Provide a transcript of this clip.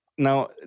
Now